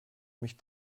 mich